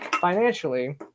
financially